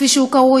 כפי שהוא קרוי,